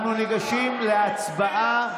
אנחנו ניגשים להצבעה.